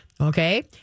Okay